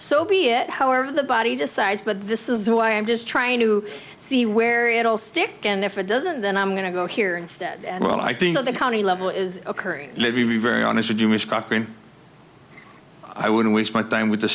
so be it however the body decides but this is why i'm just trying to see where it'll stick and if it doesn't then i'm going to go here instead well i think that the county level is occurring let me be very honest i do wish doctoring i wouldn't waste my time with the